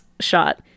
shot